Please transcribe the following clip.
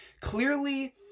clearly